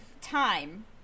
time